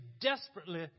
desperately